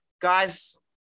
guys